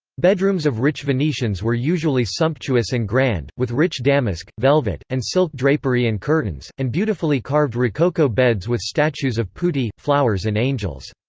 bedrooms of rich venetians were usually sumptuous and grand, with rich damask, velvet, and silk drapery and curtains, and beautifully carved rococo beds with statues of putti, flowers and angels.